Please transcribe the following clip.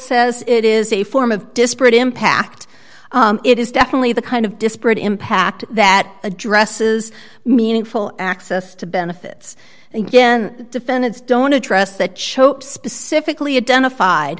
says it is a form of disparate impact it is definitely the kind of disparate impact that addresses meaningful access to benefits again defendants don't address that show specifically a den of fide